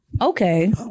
Okay